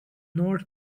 north